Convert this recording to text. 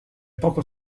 poco